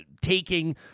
taking